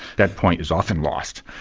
that point is often lost.